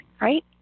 Right